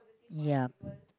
ya